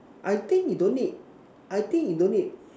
I think he don't need I think he don't need